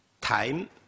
time